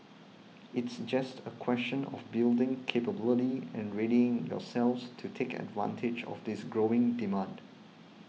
it's just a question of building capability and readying yourselves to take advantage of this growing demand